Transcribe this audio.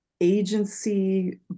agency